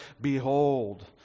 Behold